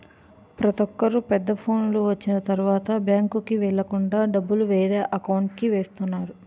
ప్రతొక్కరు పెద్ద ఫోనులు వచ్చిన తరువాత బ్యాంకుకి వెళ్ళకుండా డబ్బులు వేరే అకౌంట్కి వేస్తున్నారు